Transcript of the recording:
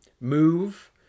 move